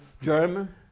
German